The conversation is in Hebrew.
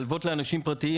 כשאתה מלווה לאנשים פרטיים,